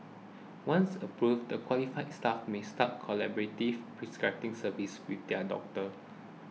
once approved the qualified staff may start collaborative prescribing services with their doctors